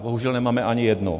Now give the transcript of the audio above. Bohužel nemáme ani jedno.